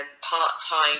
part-time